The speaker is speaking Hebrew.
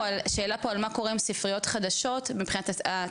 על מה קורה עם ספריות חדשות מבחינת החוק.